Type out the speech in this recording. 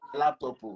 laptop